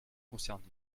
concernés